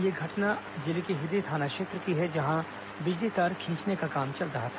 यह घटना जिले के हिर्री थाना क्षेत्र की है जहां बिजली तार खींचने का काम चल रहा था